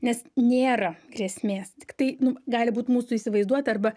nes nėra grėsmės tiktai nu gali būt mūsų įsivaizduota arba